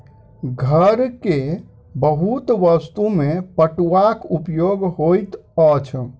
घर के बहुत वस्तु में पटुआक उपयोग होइत अछि